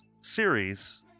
series